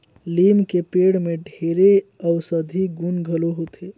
लीम के पेड़ में ढेरे अउसधी गुन घलो होथे